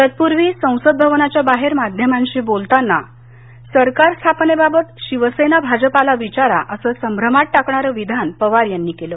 तत्पूर्वी संसद भवनाच्या बाहेर माध्यमांशी बोलताना सरकार स्थापनेबाबत शिवसेना भाजपला विचारा असं संभ्रमात टाकणारं विधान पवार यांनी केलं